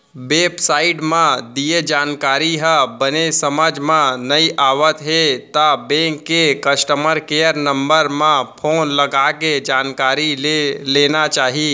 web site म दिये जानकारी ह बने समझ म नइ आवत हे त बेंक के कस्टमर केयर नंबर म फोन लगाके जानकारी ले लेना चाही